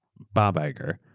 bob iger,